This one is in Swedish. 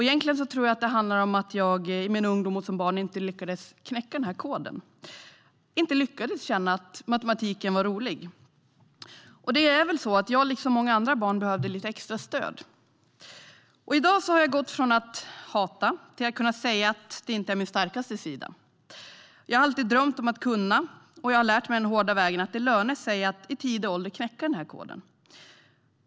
Egentligen tror jag att det handlar om att jag i min ungdom uppenbarligen inte lyckades knäcka koden och inte kände att matematiken var rolig. Det var väl så att jag liksom många andra barn behövde lite extra stöd. I dag har jag gått från att hata matematik till att säga att det inte är min starkaste sida. Jag har alltid drömt om att kunna, och jag har lärt mig den hårda vägen att det lönar sig att i tidig ålder knäcka koden.